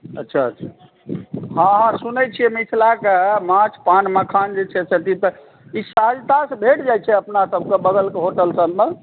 अच्छा अच्छा हँ हँ सुनैत छियै मिथिला कऽ माछ पान मखान जे छै से ई तऽ सहजतासँ भेट जाइत छै अपना सब कऽ बगल कऽ होटल सबमे